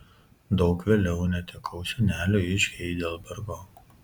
daug vėliau netekau senelio iš heidelbergo